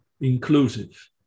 Inclusive